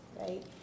right